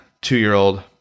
two-year-old